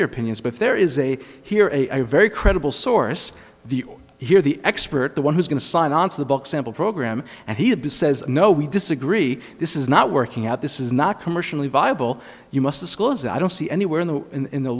your opinions but there is a here a very credible source the here the expert the one who's going to sign onto the book sample program and he had to says no we disagree this is not working out this is not commercially viable you must disclose i don't see anywhere in the in the